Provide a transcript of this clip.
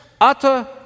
utter